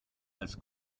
als